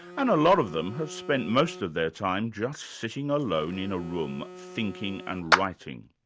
and a lot of them have spent most of their time just sitting alone in a room, thinking and writing.